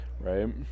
Right